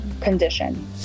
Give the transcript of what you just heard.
condition